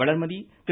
Valarmathi Thiru